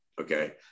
Okay